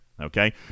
okay